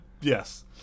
yes